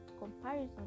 comparison